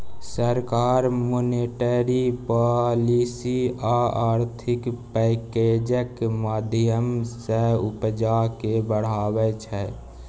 सरकार monetary policy आ आर्थिक पैकैजक माध्यमँ सँ उपजा केँ बढ़ाबै छै